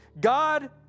God